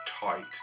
tight